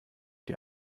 die